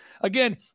Again